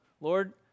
lord